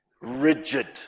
rigid